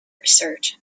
research